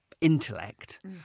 intellect